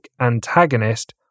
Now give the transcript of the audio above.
antagonist